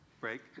Break